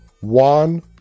one